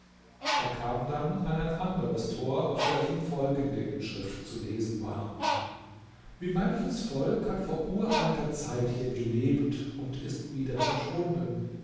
er kam dann an ein anderes tor auf welchem folgende inschrift zu lesen war wie manches volk hat vor uralter zeit hier gelebt und ist wieder verschwunden